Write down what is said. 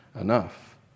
enough